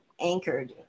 anchored